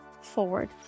forward